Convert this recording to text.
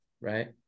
right